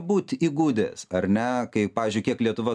būt įgudęs ar ne kai pavyzdžiui kiek lietuva